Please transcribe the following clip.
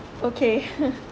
okay